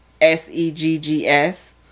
S-E-G-G-S